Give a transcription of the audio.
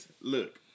Look